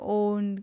own